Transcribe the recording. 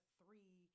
three